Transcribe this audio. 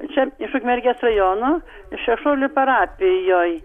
čia iš ukmergės rajono šešuolių parapijoj